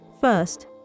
First